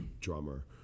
drummer